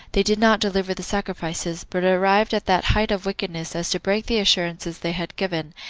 they did not deliver the sacrifices, but arrived at that height of wickedness as to break the assurances they had given,